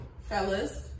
Fellas